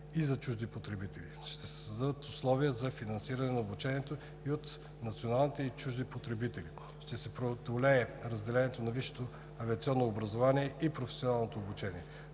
и за чужди потребители. Ще се създадат условия за финансиране на обучението и от национални и чужди потребители. Ще се преодолее разделението на висшето авиационно образование и професионалното обучение.